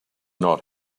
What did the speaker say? not